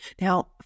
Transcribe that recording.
Now